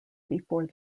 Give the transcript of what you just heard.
before